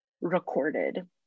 recorded